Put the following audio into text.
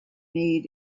need